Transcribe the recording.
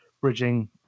bridging